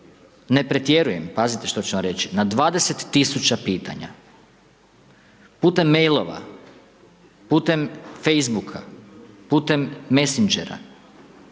ne pretjerujem, pazite što ću vam reći, na 20 tisuća pitanja putem mailova, putem facebooka, putem messengera